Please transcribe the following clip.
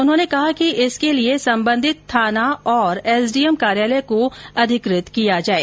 उन्होंने कहा कि इसके लिए संबंधित थाना और एसडीएम कार्यालय को अधिकृत किया जाये